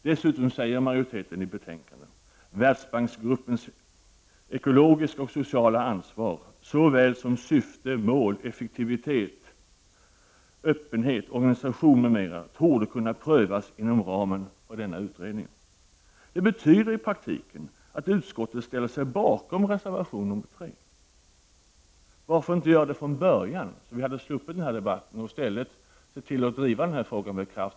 Majoriteten säger dessutom i betänkandet: ”Världsbanksgruppens ekologiska och sociala ansvar såväl som syfte, mål, effektivitet, öppenhet, organisation m.m. torde kunna prövas inom ramen för denna utredning.” Det betyder i praktiken att utskottet ställer sig bakom reserva tion nr 3. Varför gjorde man inte det från början? Då hade vi sluppit den här debatten och i stället kunnat driva den här frågan med kraft.